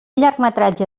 llargmetratge